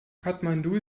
kathmandu